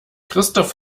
christoph